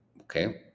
Okay